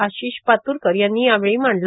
आशिश पातुरकर यांनी यावेळी मांडलं